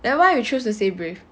then why you choose to say brave